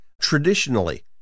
Traditionally